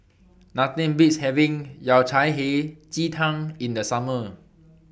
Nothing Beats having Yao Cai Hei Ji Tang in The Summer